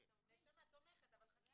נשמה, תומכת, חכי.